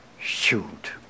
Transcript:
shoot